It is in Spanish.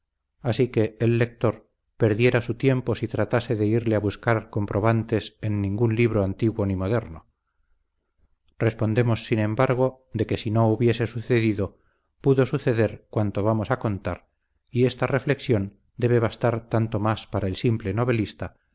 así que el lector perdiera su tiempo si tratase de irle a buscar comprobantes en ningún libro antiguo ni moderno respondemos sin embargo de que si no hubiese sucedido pudo suceder cuanto vamos a contar y esta reflexión debe bastar tanto más para el simple novelista